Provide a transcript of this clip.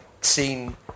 seen